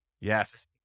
Yes